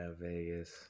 Vegas